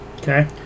Okay